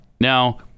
Now